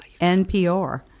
NPR